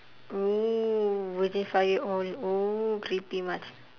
oo virgin five year old oo creepy much